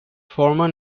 former